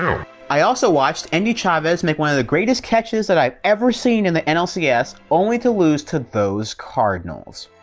i also watched andy chavez make one of the greatest catches that i've ever seen in the nlcs, only to lose to those cardinals.